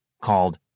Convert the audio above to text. called